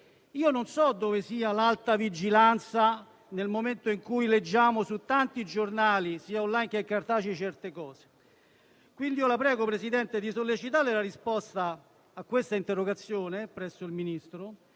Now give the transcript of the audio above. Io non so dove sia l'alta vigilanza nel momento in cui leggiamo su tanti giornali, sia *on line* che cartacei, certe cose. Quindi, la prego, Presidente, di sollecitare la risposta a questa interrogazione presso il Ministro,